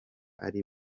ari